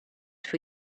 for